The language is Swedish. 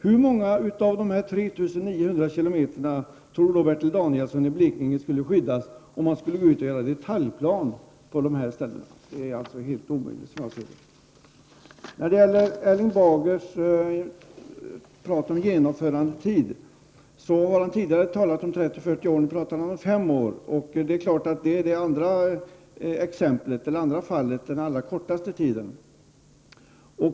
Hur många av de 3 900 kilometrarna i Blekinge tror Bertil Danielsson skulle skyddas, om man skulle göra detaljplaner för de ställena? Det är helt omöjligt, som jag ser det. Erling Bager har tidigare talat om en genomförandetid på 30—40 år. Nu pratar han om fem år, och det är klart att det är den allra kortaste tiden.